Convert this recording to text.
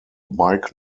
bike